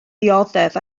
dioddef